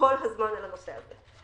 כל הזמן בנושא הזה.